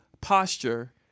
posture